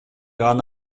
аны